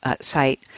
site